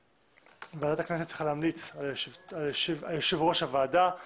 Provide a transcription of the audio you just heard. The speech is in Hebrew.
ועדת הכנסת צריכה להמליץ על יושב-ראש הוועדה;